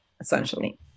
essentially